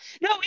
No